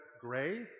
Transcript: Gray